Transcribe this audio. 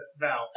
Val